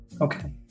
Okay